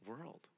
world